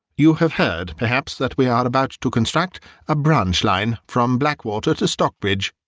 you have heard perhaps that we are about to construct a branch line from blackwater to stockbridge.